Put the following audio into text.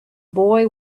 boy